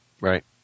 Right